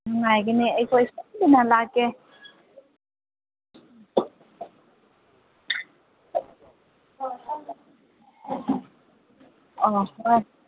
ꯅꯨꯡꯉꯥꯏꯒꯅꯤ ꯑꯩꯈꯣꯏ ꯁꯣꯏꯗꯅ ꯂꯥꯛꯀꯦ ꯍꯣꯏ